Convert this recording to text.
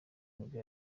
nibwo